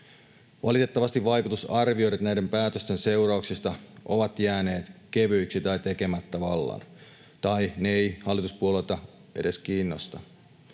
Valitettavasti vaikutusarvioinnit näiden päätösten seurauksista ovat jääneet kevyiksi tai vallan tekemättä, tai ne eivät hallituspuolueita edes kiinnosta.